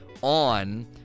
on